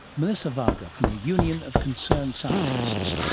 melissa varga from the union of concerned scientists.